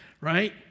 right